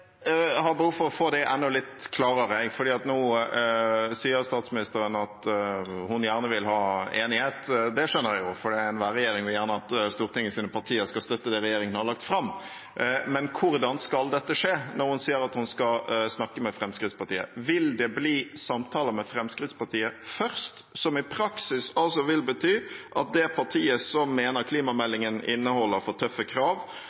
Jeg har behov for å få det enda litt klarere, jeg. Nå sier statsministeren at hun gjerne vil ha enighet. Det skjønner jeg jo, for enhver regjering vil gjerne at Stortingets partier skal støtte det regjeringen har lagt fram. Men hvordan skal dette skje? Når hun sier at hun skal snakke med Fremskrittspartiet – vil det bli samtaler med Fremskrittspartiet først? Det vil i praksis bety at det partiet som mener klimameldingen inneholder for tøffe krav,